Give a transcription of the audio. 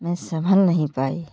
मैं संभल नहीं पाई